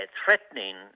threatening